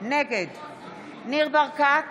נגד ניר ברקת,